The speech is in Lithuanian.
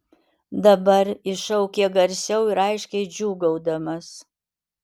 dabar jis šaukė garsiau ir aiškiai džiūgaudamas